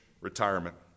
retirement